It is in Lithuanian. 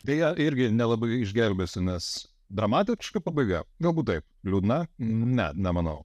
beje irgi nelabai išgelbėsiu nes dramatiška pabaiga galbūt taip liūdna ne nemanau